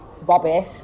rubbish